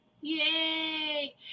Yay